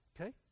okay